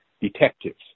detectives